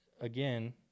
again